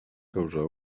causar